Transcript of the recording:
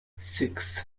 six